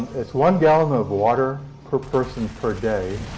it's one gallon of water per person per day.